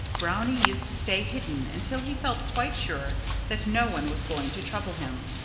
brownie used to stay hidden until he felt quite sure that no one was going to trouble him.